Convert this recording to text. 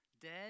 dead